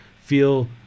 feel